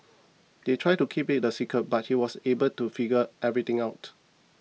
they tried to keep it a secret but he was able to figure everything out